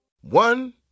One